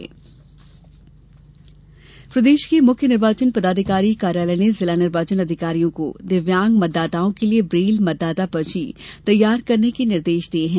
Braille मतदाता पर्ची प्रदेश के मुख्य निर्वाचन पदाधिकारी कार्यालय ने जिला निर्वाचन अधिकारियों को दिव्यांग मतदाताओं के लिये ब्रेल मतदाता पर्ची तैयार करने के निर्देश दिये है